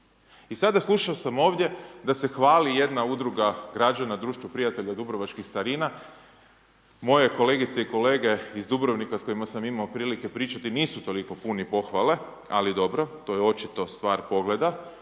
I sada, slušao sam ovdje da se hvali jedna udruga građana Društvo prijatelja dubrovačkih starina, moje kolegice i kolege iz Dubrovnika s kojima sam imao prilike pričati nisu toliko puni pohvale, ali dobro. To je očito stvar pogleda.